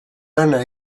lana